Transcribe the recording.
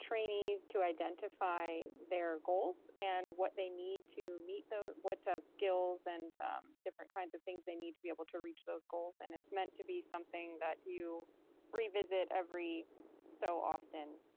trainees to identify their goals and what they need to meet those what skills and different kinds of things they need to be able to reach those goals. and it's meant to be something that you revisit every so often.